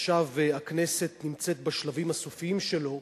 שעכשיו הכנסת נמצאת בשלבים הסופיים שלו.